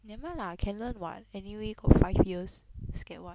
never mind lah can learn [what] anyway got five years scared what